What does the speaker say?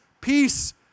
Peace